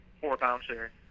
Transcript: four-bouncer